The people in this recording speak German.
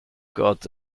gott